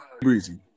Breezy